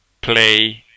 play